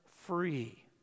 free